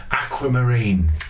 Aquamarine